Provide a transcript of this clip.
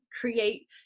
create